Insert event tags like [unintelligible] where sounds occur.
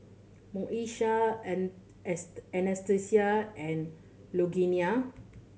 Moesha An [unintelligible] Anastacia and Lugenia